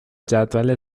جدول